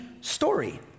story